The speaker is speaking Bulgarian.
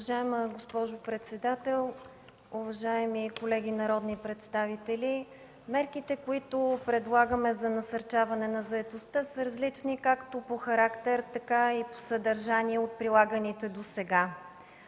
Уважаема госпожо председател, уважаеми колеги народни представители! Мерките, които предлагаме за насърчаване на заетостта, са различни както по характер, така и по съдържание от прилаганите досега.